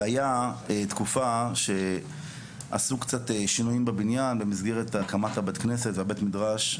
היה תקופה שעשו קצת שינויים בבניין במסגרת הקמת בית הכנסת ובית המדרש,